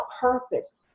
purpose